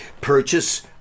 purchase